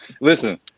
listen